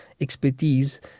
expertise